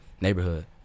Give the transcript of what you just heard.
neighborhood